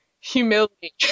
humility